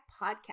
podcast